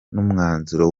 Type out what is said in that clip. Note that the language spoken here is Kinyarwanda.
n’umwanzuro